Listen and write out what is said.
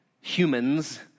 humans